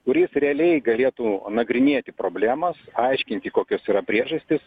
kuris realiai galėtų nagrinėti problemas aiškinti kokios yra priežastys